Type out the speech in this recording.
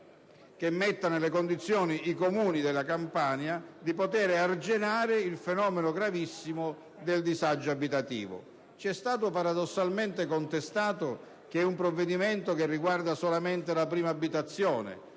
che metta i Comuni della Campania nella condizione di poter arginare il fenomeno gravissimo del disagio abitativo. C'è stato paradossalmente contestato il fatto che è un provvedimento che riguarda solamente la prima abitazione.